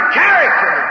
character